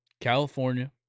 California